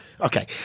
Okay